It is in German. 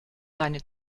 seine